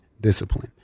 discipline